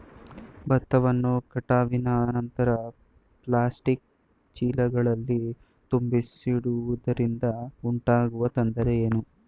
ಭತ್ತವನ್ನು ಕಟಾವಿನ ನಂತರ ಪ್ಲಾಸ್ಟಿಕ್ ಚೀಲಗಳಲ್ಲಿ ತುಂಬಿಸಿಡುವುದರಿಂದ ಉಂಟಾಗುವ ತೊಂದರೆ ಏನು?